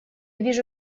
вижу